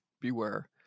beware